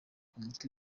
umuti